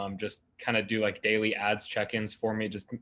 um just kind of do like daily ads check-ins for me, just,